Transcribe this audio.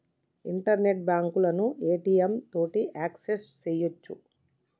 internet బాంకులను ATM తోటి access సెయ్యొచ్చు